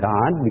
God